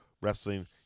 wrestling